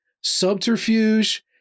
subterfuge